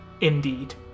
indeed